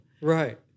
Right